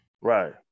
Right